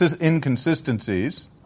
inconsistencies